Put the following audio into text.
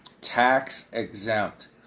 Tax-exempt